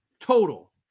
Total